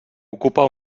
ocupa